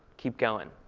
keep going.